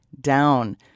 down